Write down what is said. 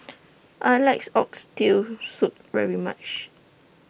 I like Oxtail Soup very much